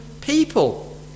people